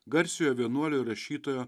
garsiojo vienuolio ir rašytojo